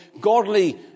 godly